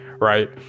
right